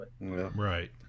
Right